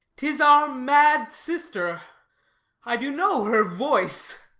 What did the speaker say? tis our mad sister i do know her voice.